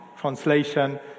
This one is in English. Translation